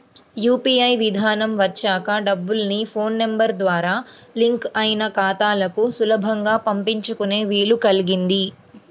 UPI విధానం వచ్చాక డబ్బుల్ని ఫోన్ నెంబర్ ద్వారా లింక్ అయిన ఖాతాలకు సులభంగా పంపించుకునే వీలు కల్గింది